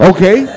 Okay